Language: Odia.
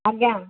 ଆଜ୍ଞା